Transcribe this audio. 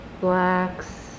blacks